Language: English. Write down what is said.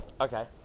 Okay